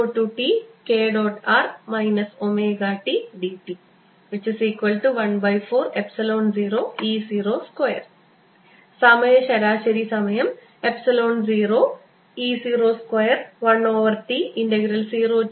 r ωtdt140E02 സമയ ശരാശരി0E021T0T k